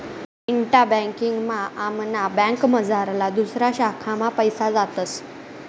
इंटा banking मा आमना बँकमझारला दुसऱा शाखा मा पैसा जातस